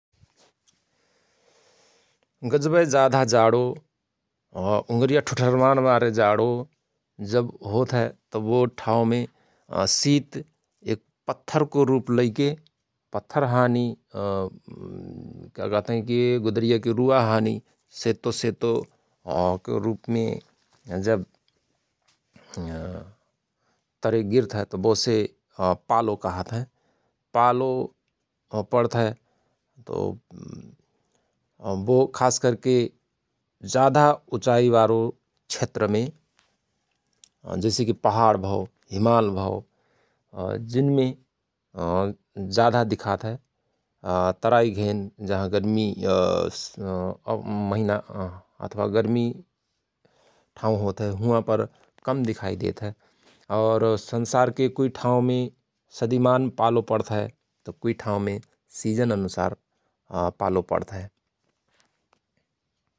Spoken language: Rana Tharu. गजवय जाधा जाणो उंगरिया ठुठरवानबारो जाणो जव होत हय तओ बो ठाउंमे शित एक पत्थरको रुप लैके पत्थर हानी क कहत हायं कि गुदरियक रुवा हानी सेतो सेतो रुपमे जव तरे गिर्तहयत बो से पालो कहत हयं पालो पण्तहय तओ वो खास करके जाधा उचाई बारो क्षेत्रमे जैसे कि पहाड भओ हिमाल भओ जिनमे जाधा दिखात हय तराई घेन जहाँ गर्मी महिना अथवा गर्मी ठाउँ होत हय हुवां पर कम दिखाइदेत हय और संसारके कुईठाउँमे सदिमान पालो पण्त हय त कुई ठाउँमे सिजन अनुसार पालो पण्त हय ।